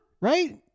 right